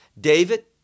david